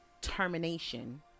termination